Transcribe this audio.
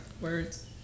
Words